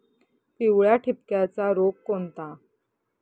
पिवळ्या ठिपक्याचा रोग कोणता?